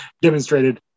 demonstrated